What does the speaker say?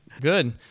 Good